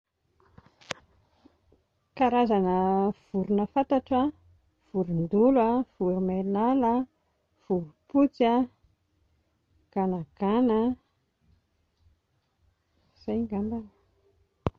Karazana vorona fantatro a: vorondolo a, voromailala, vorompotsy a, ganagana, izay ngambany.